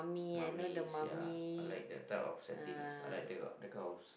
Mummies ya I like that type of settings I like that that kind of